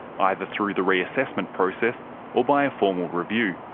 either through the re-assessment process or by a formal review.